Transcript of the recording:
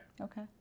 okay